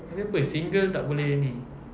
abeh apa single tak boleh ini